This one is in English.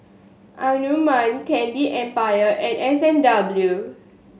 Anmum Candy Empire and S and W